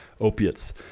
opiates